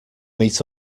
meet